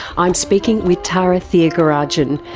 i'm speaking with tara thiagarajan,